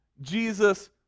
Jesus